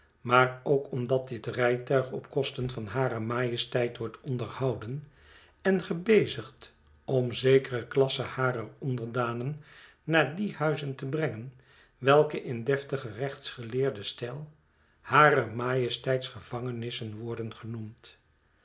maar ook omdat dit rijtuig op kosten van hare majesteit wordt onderhouden en gebezigd om zekere klasse harer onderdanen naar die huizen te brengen welkein deftigen rechtsgeleerden stijl harer majesteits gevangenissen worden genoemd